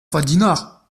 fadinard